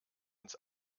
uns